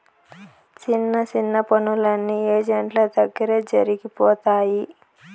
సిన్న సిన్న పనులన్నీ ఏజెంట్ల దగ్గరే జరిగిపోతాయి